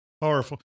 Powerful